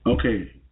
Okay